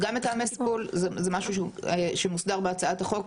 אז גם מתאמי טיפול זה משהו שמוסדר בהצעת החוק.